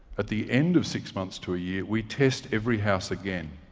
at the end of six months to a year, we test every house again.